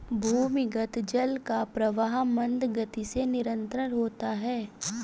भूमिगत जल का प्रवाह मन्द गति से निरन्तर होता है